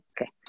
Okay